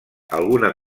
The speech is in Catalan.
alguna